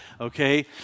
okay